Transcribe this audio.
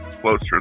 Closer